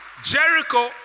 Jericho